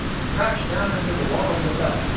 and crouched down under the wall of the butt.